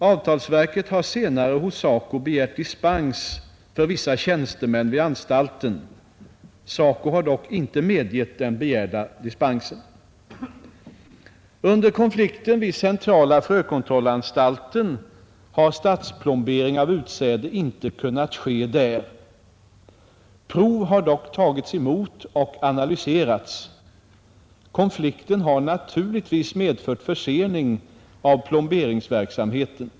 Avtalsverket har senare hos SACO begärt dispens för vissa tjänstemän vid anstalten. SACO har dock inte medgett den begärda dispensen. Under konflikten vid centrala frökontrollanstalten har statsplombering av utsäde inte kunnat ske där. Prov har dock tagits emot och analyserats. Konflikten har naturligtvis medfört försening av plomberingsverksamheten.